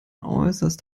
äußerst